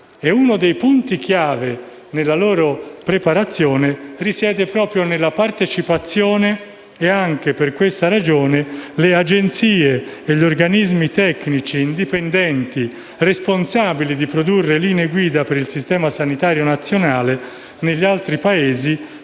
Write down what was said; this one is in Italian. E uno dei punti chiave nella loro preparazione risiede proprio nella partecipazione, e anche per questa ragione le agenzie e gli organismi tecnici e indipendenti responsabili di produrre linee guida per il Servizio sanitario nazionale negli altri Paesi